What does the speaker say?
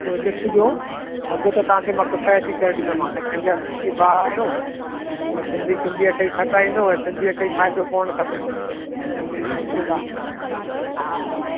पोइ ॾिसिजो अघु त मां तव्हांखे किफ़ायती करे ॾींदोमांव ऐं पंहिंजा सिंधी भाउ आहियो त सिंधी सिंधीअ खे ई खटाईंदो ऐं सिंधीअ खे ई फ़ाइदो पवण खपे धंधे जो उसूलु आहे हा